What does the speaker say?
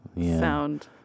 sound